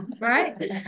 right